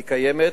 היא קיימת.